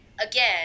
again